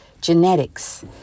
genetics